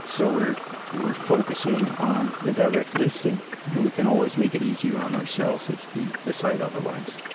so we're we're focusing on the direct listing and we can always make it easier on ourselves if we decide otherwise